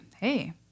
Hey